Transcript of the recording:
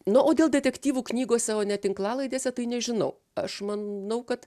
na o dėl detektyvų knygose o ne tinklalaidėse tai nežinau aš manau kad